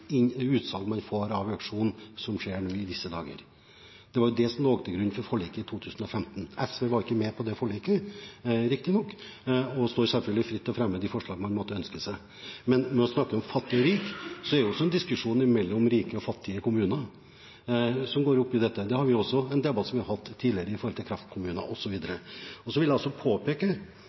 utsalg man får av auksjonen som skjer nå i disse dager. Det var det som lå til grunn for forliket i 2015. SV var riktignok ikke med på det forliket og står selvfølgelig fritt til å fremme de forslag man måtte ønske seg. Men når en snakker om fattig og rik, er det også en diskusjon mellom rike og fattige kommuner som går inn i dette. Det er en debatt vi har hatt også tidligere, om kraftkommuner osv. Jeg vil også påpeke